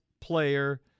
player